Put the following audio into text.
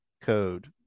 code